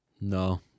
No